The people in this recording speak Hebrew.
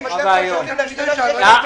נורא ואיום.